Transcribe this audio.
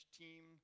team